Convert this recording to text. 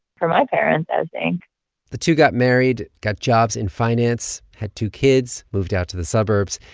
for my parents, i think the two got married, got jobs in finance, had two kids, moved out to the suburbs.